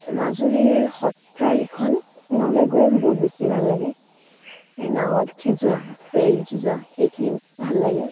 মাজুলীৰ সত্ৰ কিখন নলৈ গৈ বহুত বেছি ভাল লাগে এই নাওত উঠি যোৱা ফেৰিত উঠি যোৱা সেইখিনি বেছি ভাল লাগে